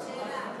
שאלה.